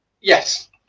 Yes